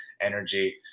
energy